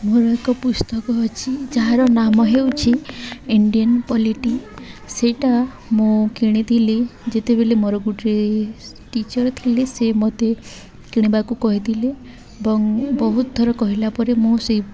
ମୋର ଏକ ପୁସ୍ତକ ଅଛି ଯାହାର ନାମ ହେଉଛି ଇଣ୍ଡିଆନ ପଲିଟିି ସେଇଟା ମୁଁ କିଣିଥିଲି ଯେତେବେଳେ ମୋର ଗୋଟେ ଟିଚର୍ ଥିଲ ସେ ମୋତେ କିଣିବାକୁ କହିଥିଲେ ଏବଂ ବହୁତ ଥର କହିଲା ପରେ ମୁଁ ସେ